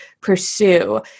pursue